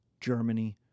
Germany